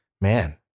man